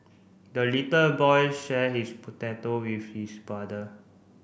the little boy shared his potato with his brother